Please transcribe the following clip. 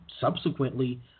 subsequently